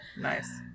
Nice